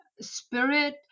spirit